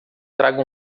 traga